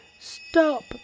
stop